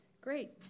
great